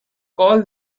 call